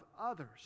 others